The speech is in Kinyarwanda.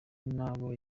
n’abo